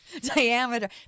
diameter